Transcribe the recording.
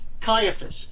Caiaphas